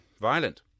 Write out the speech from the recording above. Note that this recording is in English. violent